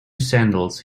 sandals